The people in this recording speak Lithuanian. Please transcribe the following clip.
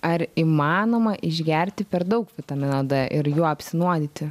ar įmanoma išgerti per daug vitamino d ir juo apsinuodyti